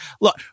Look